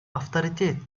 авторитет